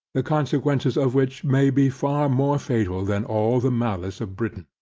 the consequences of which may be far more fatal than all the malice of britain.